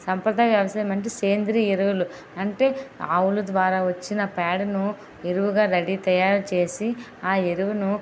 సాంప్రదాయ వ్యవసాయం అంటే సేంద్రియ ఎరువులు అంటే ఆవుల ద్వారా వచ్చిన పేడను ఎరువుగా రెడీ తయారు చేసి ఆ ఎరువును